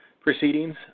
proceedings